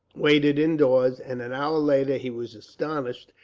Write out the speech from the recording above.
waited indoors and an hour later he was astonished,